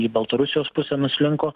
į baltarusijos pusę nuslinko